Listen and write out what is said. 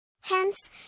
Hence